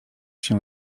się